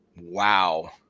Wow